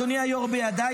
אדוני היושב-ראש,